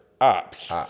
ops